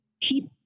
keep